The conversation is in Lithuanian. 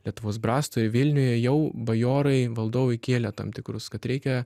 lietuvos brastoje vilniuje jau bajorai valdovui kėlė tam tikrus kad reikia